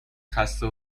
خسته